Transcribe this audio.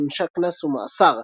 שעונשה קנס ומאסר,